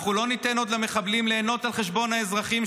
אנחנו לא ניתן עוד למחבלים ליהנות על חשבון האזרחים,